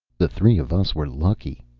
the three of us were lucky,